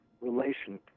relation